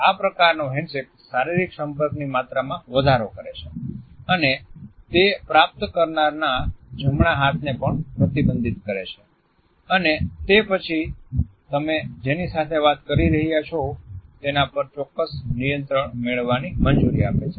આ પ્રકારનો હેન્ડશેક શારીરિક સંપર્કની માત્રામાં વધારો કરે છે અને તે પ્રાપ્ત કરનારના જમણા હાથને પણ પ્રતિબંધિત કરે છે અને તે પછી તમે જેની સાથે વાત કરી રહ્યાં છો તેના પર ચોક્કસ નિયંત્રણ મેળવવાની મંજૂરી આપે છે